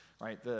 right